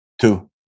Two